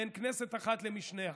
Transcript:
בין כנסת אחת למשנה.